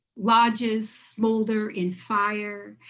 lodges smoulder in fire,